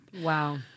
Wow